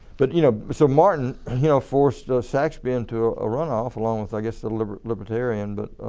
but you know so martin you know forced saxby into a run off along with i guess the libertarian but